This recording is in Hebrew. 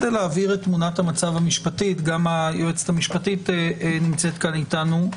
גם היועצת המשפטית נמצאת כאן אתנו.